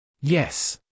Yes